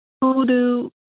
Hoodoo